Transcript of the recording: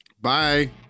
Bye